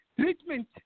Treatment